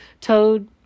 Toad